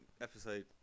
episode